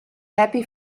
happy